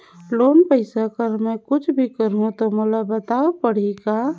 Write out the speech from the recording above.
Loan पइसा कर मै कुछ भी करहु तो मोला बताव पड़ही का?